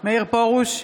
מאיר פרוש,